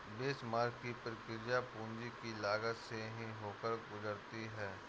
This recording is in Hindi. बेंचमार्क की प्रक्रिया पूंजी की लागत से ही होकर गुजरती है